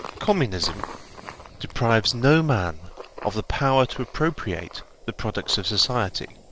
communism deprives no man of the power to appropriate the products of society